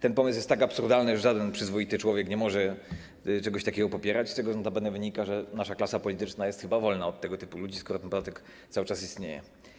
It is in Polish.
Ten pomysł jest tak absurdalny, że żaden przyzwoity człowiek nie może czegoś takiego popierać, z czego notabene wynika, że nasza klasa polityczna jest chyba wolna od tego typu ludzi, skoro ten podatek cały czas istnieje.